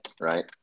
right